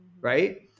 right